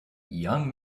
young